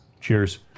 Cheers